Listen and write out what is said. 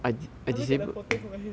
I look at the photo comparison